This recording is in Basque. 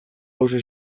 gauza